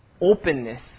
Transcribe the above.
openness